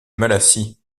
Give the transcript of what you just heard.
malassis